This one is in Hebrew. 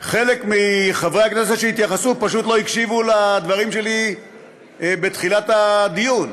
חלק מחברי הכנסת שהתייחסו פשוט לא הקשיבו לדברים שלי בתחילת הדיון.